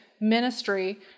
ministry